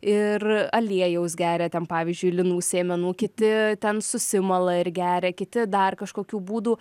ir aliejaus geria ten pavyzdžiui linų sėmenų kiti ten susimala ir geria kiti dar kažkokių būdų